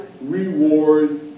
rewards